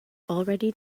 already